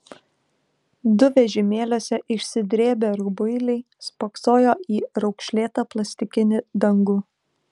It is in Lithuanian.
du vežimėliuose išsidrėbę rubuiliai spoksojo į raukšlėtą plastikinį dangų